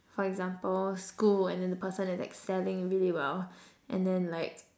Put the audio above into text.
for example school and then the person is excelling really well and then like